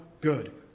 good